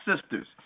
sisters